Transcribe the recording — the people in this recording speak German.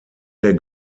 der